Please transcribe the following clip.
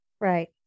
Right